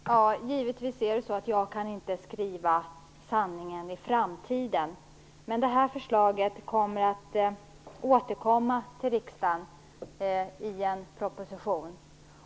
Fru talman! Givetvis kan jag inte skriva sanningen i framtiden. Men det här förslaget kommer att återkomma till riksdagen i en proposition.